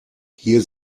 hier